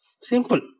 Simple